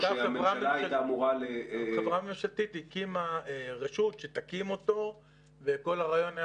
חברה ממשלתית הקימה רשות שתקים אותו וכל הרעיון היה